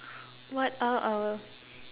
what are our